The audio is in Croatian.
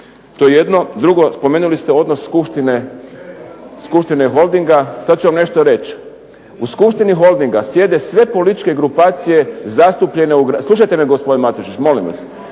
To je jedno. Drugo, spomenuli ste odnos skupštine i holdinga. Sad ću vam nešto reći. U skupštini holdinga sjede sve političke grupacije zastupljene… slušajte me, gospodine Matušić molim vas.